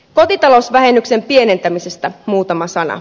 kotitalousvähennyksen pienentämisestä muutama sana